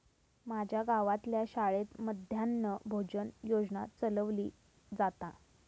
माज्या गावातल्या शाळेत मध्यान्न भोजन योजना चलवली जाता